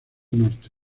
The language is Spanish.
norte